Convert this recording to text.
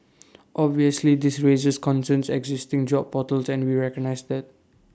obviously this raises concerns existing job portals and we recognise that